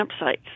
campsites